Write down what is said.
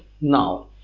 now